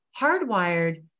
hardwired